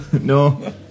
No